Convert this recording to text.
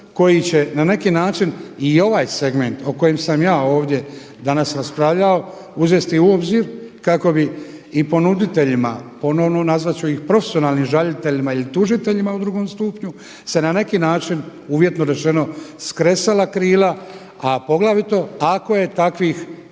koji će na neki način i ovaj segment o kojem sam ja ovdje danas raspravljao uzesti u obzir kako bi i ponuditeljima, ponovno nazvat ću ih profesionalnim žaliteljima ili tužiteljima u drugom stupnju, se na neki način uvjetno rečeno skresala krila, a poglavito ako je takvih